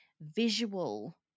visual